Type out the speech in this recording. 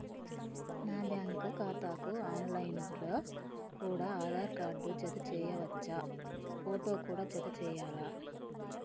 నా బ్యాంకు ఖాతాకు online లో కూడా ఆధార్ కార్డు జత చేయవచ్చా ఫోటో కూడా జత చేయాలా?